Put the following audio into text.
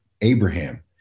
Abraham